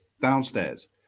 downstairs